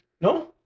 No